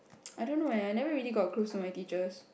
I don't know eh I never really got close to my teachers